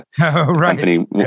Right